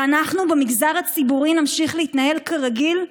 ואנחנו במגזר הציבורי נמשיך להתנהל כרגיל?